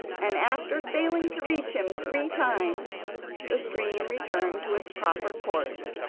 and after failing to reach him three times the stream returned to its proper course.